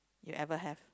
you ever had